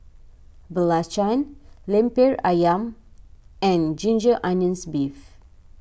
Belacan Lemper Ayam and Ginger Onions Beef